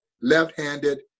left-handed